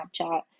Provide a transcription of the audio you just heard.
Snapchat